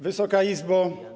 Wysoka Izbo!